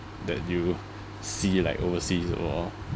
that you see like overseas or